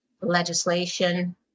legislation